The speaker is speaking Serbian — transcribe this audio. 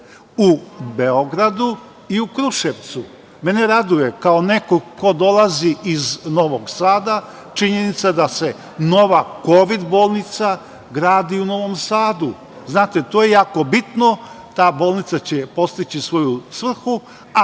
u Beogradu i u Kruševcu. Mene raduje, kao nekog ko dolazi iz Novog Sada, činjenica da se nova kovid bolnica gradi u Novom Sadu. To je jako bitno. Ta bolnica će postići svoju svrhu, a